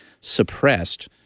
suppressed